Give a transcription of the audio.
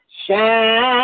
shine